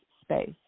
space